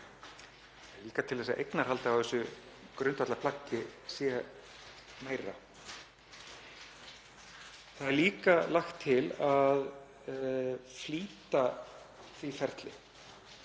máli til þess að eignarhaldið á þessu grundvallarplaggi sé meira. Líka er lagt til að flýta því ferli.